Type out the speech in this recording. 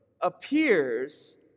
appears